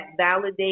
validate